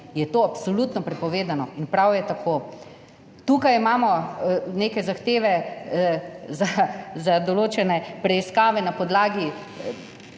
je to absolutno prepovedano in prav je tako. Tukaj imamo neke zahteve za določene preiskave na podlagi